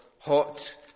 hot